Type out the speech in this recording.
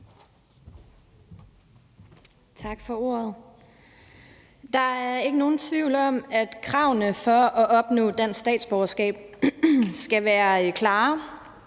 Tak for ordet. Der er ikke nogen tvivl om, at kravene for at opnå dansk statsborgerskab skal være klare